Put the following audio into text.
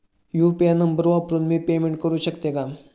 UPI number वापरून मी payment करू शकते का?